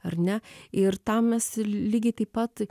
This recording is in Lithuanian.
ar ne ir tam mes lygiai taip pat